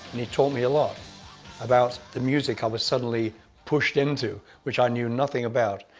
and he taught me a lot about the music i was suddenly pushed into, which i knew nothing about,